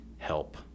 Help